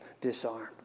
disarmed